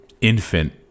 infant